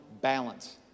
balance